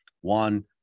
One